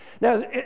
Now